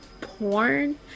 porn